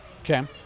Okay